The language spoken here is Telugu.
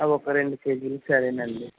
అవి ఒక రెండు కేజీలు సరేనండి